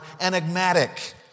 enigmatic